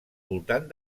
voltant